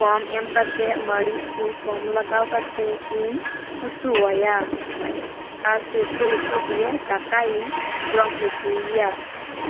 ᱠᱚᱢ ᱮᱢ ᱠᱟᱛᱮ ᱢᱟᱹᱨᱤᱡᱽ ᱠᱚ ᱠᱚᱢ ᱞᱟᱜᱟᱣ ᱠᱟᱛᱮ ᱤᱧ ᱩᱛᱩ ᱟᱭᱟ ᱟᱨ ᱥᱮᱫᱽᱰᱚ ᱩᱛᱩ ᱫᱤᱭᱮ ᱫᱟᱠᱟᱧ ᱡᱚᱢ ᱚᱪᱚᱭᱮᱭᱟ